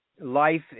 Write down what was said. life